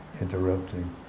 Interrupting